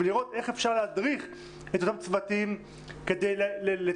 ולראות איך אפשר להדריך את אותם צוותים כדי לתרגם,